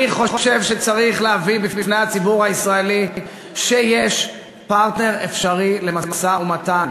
אני חושב שצריך להביא בפני הציבור הישראלי שיש פרטנר אפשרי למשא-ומתן,